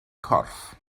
corff